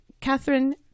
Catherine